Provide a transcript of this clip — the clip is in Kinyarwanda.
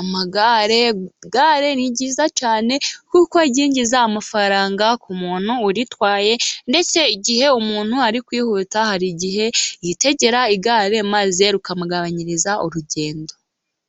amagare, igare ni ryiza cyane, kuko ryinjiza amafaranga ku muntu waritwaye, ndetse igihe umuntu ari kwihuta, hari igihe yitegera igare maze rikamugabanyiriza urugendo.